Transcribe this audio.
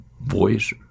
voice